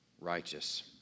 righteous